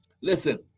Listen